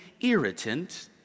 irritant